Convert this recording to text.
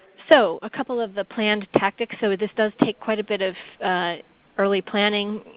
so a couple of the planned tactics. so this does take quite a bit of early planning.